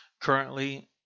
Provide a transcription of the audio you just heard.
currently